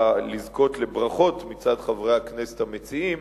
לזכות לברכות מצד חברי הכנסת המציעים.